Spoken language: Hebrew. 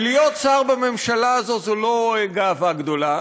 כי להיות שר בממשלה הזאת זה לא גאווה גדולה,